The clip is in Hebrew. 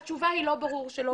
התשובה היא לא בהכרח לא ברור שלא.